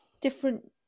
different